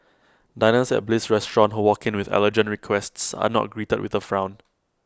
diners at bliss restaurant who walk in with allergen requests are not greeted with A frown